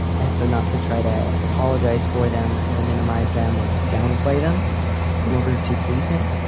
and so not to try to apologize for them or minimize them or downplay them in order to please him.